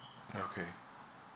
okay